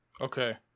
Okay